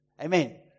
Amen